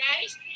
Guys